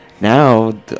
now